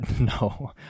no